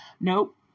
Nope